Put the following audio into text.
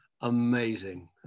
Amazing